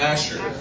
Asher